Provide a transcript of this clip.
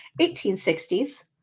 1860s